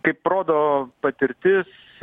kaip rodo patirtis